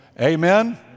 Amen